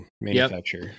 manufacturer